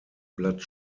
blatt